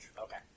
Okay